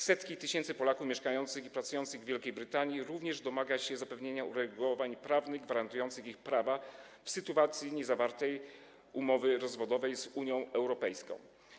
Setki tysięcy Polaków mieszkających i pracujących w Wielkiej Brytanii również domagają się zapewnienia uregulowań prawnych gwarantujących ich prawa w sytuacji niezawarcia umowy rozwodowej z Unią Europejską.